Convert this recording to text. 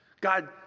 God